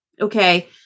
Okay